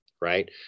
right